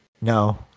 No